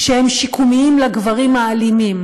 שיקומיים לגברים האלימים,